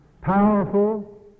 powerful